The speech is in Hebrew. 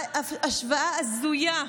השוואה הזויה,